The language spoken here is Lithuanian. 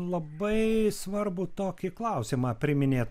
labai svarbu tokį klausimą priminėt